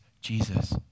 Jesus